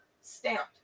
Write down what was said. stamped